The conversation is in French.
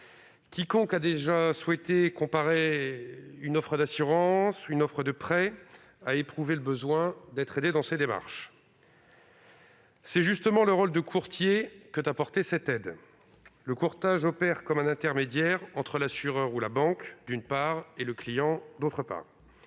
quiconque a déjà souhaité comparer différentes offres d'assurance ou de prêt a éprouvé le besoin d'être aidé dans ses démarches. C'est justement le rôle du courtier que d'apporter cette aide. Le courtage opère comme un intermédiaire entre l'assureur ou la banque, d'une part, et le client, d'autre part.